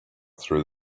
through